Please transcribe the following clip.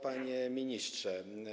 Panie Ministrze!